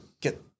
get